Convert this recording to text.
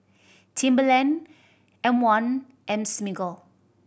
Timberland M One and Smiggle